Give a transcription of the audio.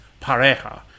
pareja